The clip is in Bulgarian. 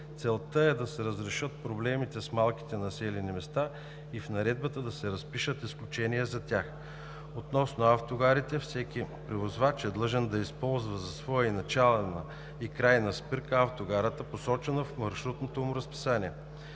Целта е да се разрешат проблемите с малките населени места и в наредбата да се разпишат изключения за тях. Относно автогарите, всеки превозвач е длъжен да използва за своя начална и крайна спирка автогарата, посочена в маршрутното му разписание.